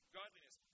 godliness